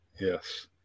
Yes